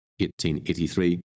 1883